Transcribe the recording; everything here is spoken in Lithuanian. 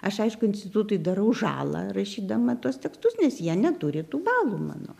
aš aišku institutui darau žalą rašydama tuos tekstus nes jie neturi tų balų mano